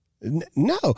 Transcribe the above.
No